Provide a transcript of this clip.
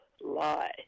lie